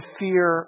fear